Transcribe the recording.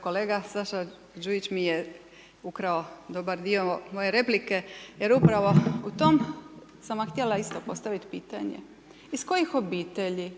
kolega Saša Đujić mi je ukrao dobar dio moje replike jer upravo u tome sam vam htjela isto postaviti pitanje. Iz kojih obitelji,